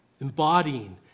embodying